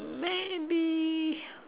maybe